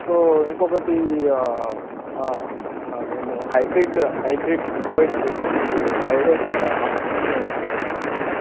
so ఇంకొకటి మేము hybrid hybrid provide చెయ్యము మీరు ఫైవ్ డేస్ ఆఫీస్ నుంచే వర్క్ చేయాల్సి ఉంటుంది